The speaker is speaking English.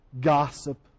gossip